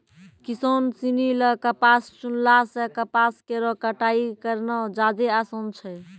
किसान सिनी ल कपास चुनला सें कपास केरो कटाई करना जादे आसान छै